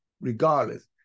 regardless